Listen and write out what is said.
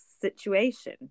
situation